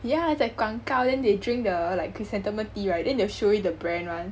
yeah it's like 广告 then they drink the like chrysanthemum tea right then they will show you the brand [one]